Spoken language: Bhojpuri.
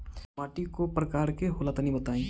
माटी कै प्रकार के होला तनि बताई?